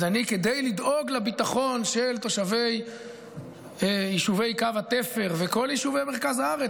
אז כדי לדאוג לביטחון של תושבי יישובי קו התפר ולכל יישוב מרכז הארץ,